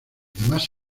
demás